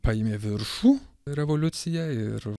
paėmė viršų revoliuciją ir